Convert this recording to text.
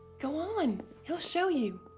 go on, he'll show you.